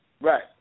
Right